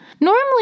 Normally